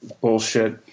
bullshit